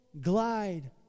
glide